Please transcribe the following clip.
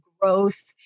growth